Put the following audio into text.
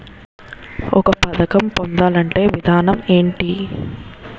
ఒక పథకం పొందాలంటే విధానం ఏంటి?